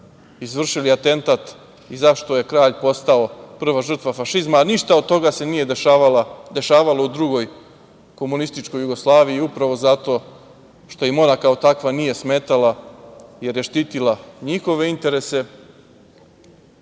izvršili atentat, i zašto je kralj, postao prva žrtva fašizma, a ništa od toga se nije dešavalo u drugoj Komunističkoj Jugoslaviji i, upravo zato što im ona kao takva nije smetala, jer je štitila njihove interese,